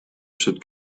should